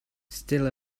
still